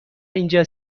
اینجا